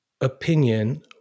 opinion